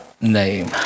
name